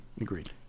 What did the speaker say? Agreed